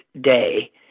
day